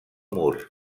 mur